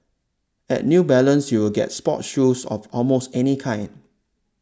at New Balance you will get sports shoes of almost any kind